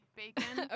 bacon